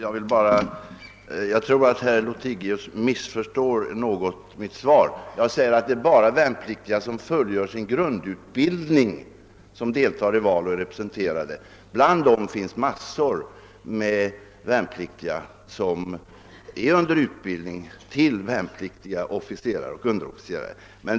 Herr talman! Jag tror att herr Lothigius något har missförstått mitt svar. Jag säger där att det bara är värnpliktiga som fullgör sin grundutbildning som deltar i val och är representerade vid värnpliktsriksdagarna. Bland dessa finns massor som utbildas till värnpliktiga officerare och underofficerare.